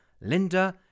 Linda